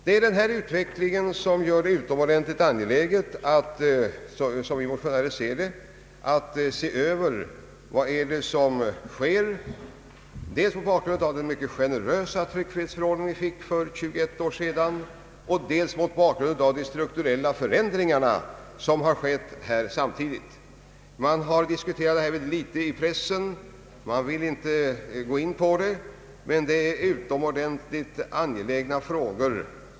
Det är en utveckling som gör det utomordentligt angeläget, som vi motionärer ser det, att se över vad som sker, dels mot bakgrund av den mycket generösa tryckfrihetsförordning som kom till för 21 år sedan, dels mot bakgrund av de strukturella förändringar som samtidigt har skett. Man har diskuterat det här väl litet i pressen — man vill tydligen inte gå in på det — men det är utomordentligt angelägna frågor.